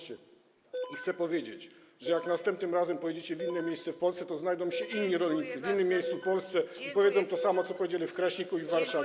Chcę powiedzieć, że gdy następnym razem pojedziecie w inne miejsce w Polsce, to znajdą się inni rolnicy, w innym miejscu w Polsce, i powiedzą to samo, co powiedzieli w Kraśniku i Warszawie.